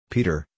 Peter